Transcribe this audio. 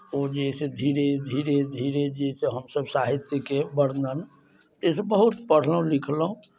ओ जे अइ से धीरे धीरे धीरे जे अइ से हमसभ साहित्यके वर्णन जाहिसँ बहुत पढ़लहुँ लिखलहुँ